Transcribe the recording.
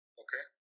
okay